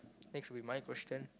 next will be my question